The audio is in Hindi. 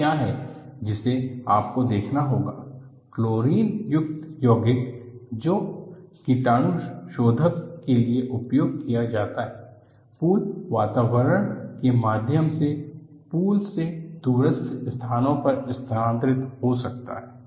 तो क्या है जिसे आपको देखना होगा क्लोरीन युक्त यौगिक जो कीटाणुशोधन के लिए उपयोग किया जाता है पूल वातावरण के माध्यम से पूल से दूरस्थ सतहों पर स्थानांतरित हो सकता है